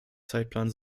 zeitplan